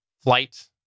flight